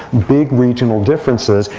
big regional differences.